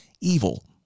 evil